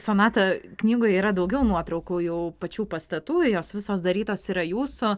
sonata knygoj yra daugiau nuotraukų jau pačių pastatų jos visos darytos yra jūsų